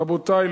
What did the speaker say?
רבותי,